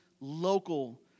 local